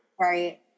Right